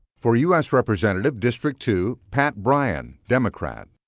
for u s. representative, district two, pat bryan, democrat.